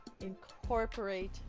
incorporate